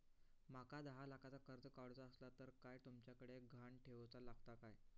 माका दहा लाखाचा कर्ज काढूचा असला तर काय तुमच्याकडे ग्हाण ठेवूचा लागात काय?